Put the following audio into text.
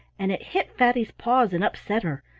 and it hit fatty's paws and upset her.